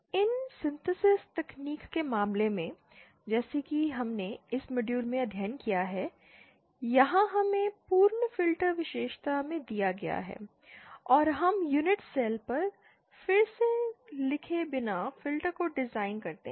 इन synthesis तकनीक के मामले में जैसा कि हमने इस मॉड्यूल में अध्ययन किया है यहां हमें पूर्ण फ़िल्टर विशेषता में दिया गया है और हम यूनिट सेल पर फिर से लिखे बिना फ़िल्टर को डिज़ाइन करते हैं